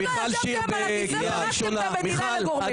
עוד לא ישבתם על הכיסא, פירקתם את המדינה לגורמים.